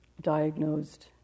diagnosed